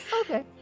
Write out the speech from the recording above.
Okay